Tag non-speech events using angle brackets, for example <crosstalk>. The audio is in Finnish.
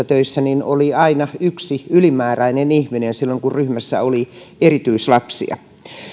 <unintelligible> töissä oli aina yksi ylimääräinen ihminen silloin kun ryhmässä oli erityislapsia